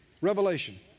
Revelation